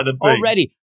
already